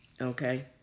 Okay